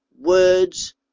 words